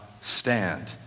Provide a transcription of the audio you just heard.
stand